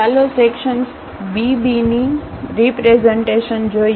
હવે ચાલો section B B ની રીપ્રેઝન્ટેશનજોઈએ